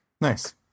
Nice